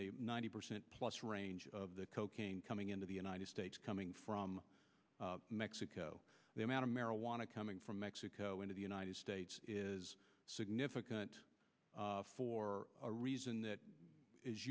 ninety percent plus range of the cocaine coming into the united states coming from mexico the amount of marijuana coming from mexico into the united states is significant for a reason that is